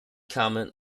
kamen